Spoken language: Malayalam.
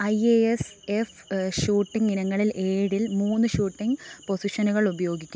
I A S F shooting ഇനങ്ങളിൽ ഏഴിൽ മൂന്ന് ഷൂട്ടിംഗ് പൊസിഷനുകളുപയോഗിക്കുന്നു